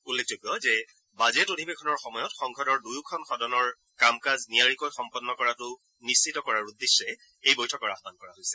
উল্লেখযোগ্য যে বাজেট অধিৱেশনৰ সময়ত সংসদৰ দুয়োখন সদনৰ কাম কাজ নিয়াৰিকৈ সম্পন্ন কৰাটো নিশ্চিত কৰাৰ উদ্দেশ্যে এই বৈঠকৰ আহান কৰা হৈছে